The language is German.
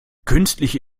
künstliche